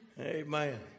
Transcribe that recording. Amen